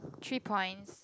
three points